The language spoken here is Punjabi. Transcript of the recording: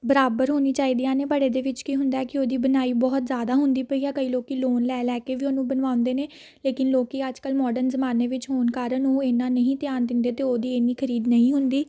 ਬਰਾਬਰ ਹੋਣੀ ਚਾਹੀਦੀਆਂ ਨੇ ਪਰ ਇਹਦੇ ਵਿੱਚ ਕੀ ਹੁੰਦਾ ਹੈ ਕਿ ਉਹਦੀ ਬਣਾਈ ਬਹੁਤ ਜ਼ਿਆਦਾ ਹੁੰਦੀ ਪਈ ਹੈ ਕਈ ਲੋਕ ਲੋਨ ਲੈ ਲੈ ਕੇ ਵੀ ਉਹਨੂੰ ਬਣਵਾਉਂਦੇ ਨੇ ਲੇਕਿਨ ਲੋਕ ਅੱਜ ਕੱਲ੍ਹ ਮੋਡਨ ਜ਼ਮਾਨੇ ਵਿੱਚ ਹੋਣ ਕਾਰਨ ਉਹ ਇੰਨਾ ਨਹੀਂ ਧਿਆਨ ਦਿੰਦੇ ਅਤੇ ਉਹਦੀ ਇੰਨੀ ਖ਼ਰੀਦ ਨਹੀਂ ਹੁੰਦੀ